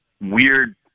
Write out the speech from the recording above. weird